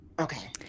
Okay